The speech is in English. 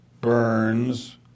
Burns